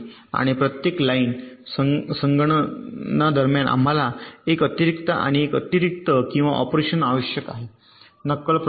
आणि प्रत्येक लाइन संगणनादरम्यान आम्हाला एक अतिरिक्त आणि एक अतिरिक्त किंवा ऑपरेशन आवश्यक आहे नक्कल प्रक्रिया